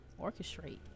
orchestrate